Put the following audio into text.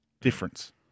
difference